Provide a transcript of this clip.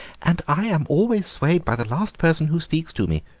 and i am always swayed by the last person who speaks to me,